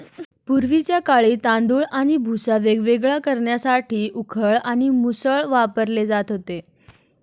पूर्वीच्या काळी तांदूळ आणि भुसा वेगवेगळे करण्यासाठी उखळ आणि मुसळ वापरले जात होते